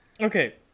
Okay